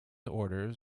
order